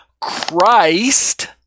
Christ